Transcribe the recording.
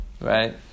right